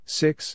six